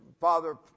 father